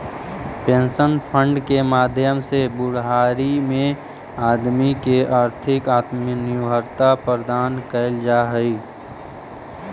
pension fund के माध्यम से बुढ़ारी में आदमी के आर्थिक आत्मनिर्भरता प्रदान कैल जा हई